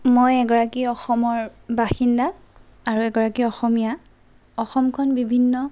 মই এগৰাকী অসমৰ বাসিন্দা আৰু এগৰাকী অসমীয়া অসমখন বিভিন্ন